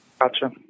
Gotcha